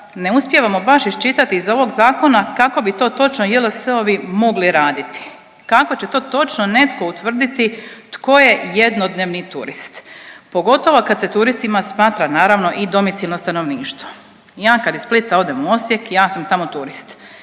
ne uspijevamo baš iščitati iz ovog zakona kako bi to točno JLS-ovi mogli raditi, kako će to točno netko utvrditi tko je jednodnevni turist, pogotovo kad se turistima smatra naravno i domicilno stanovništvo. Ja kad iz Splita odem u Osijek, ja sam tamo turist,